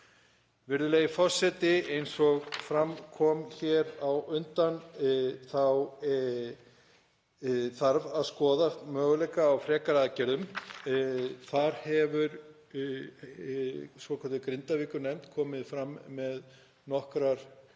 Virðulegi forseti. Eins og fram kom hér á undan þarf að skoða möguleika á frekari aðgerðum. Þar hefur svokölluð Grindavíkurnefnd komið fram með nokkrar